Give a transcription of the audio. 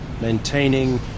maintaining